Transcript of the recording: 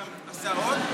אתה יודע מה צ'רצ'יל עשה עוד?